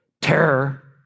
terror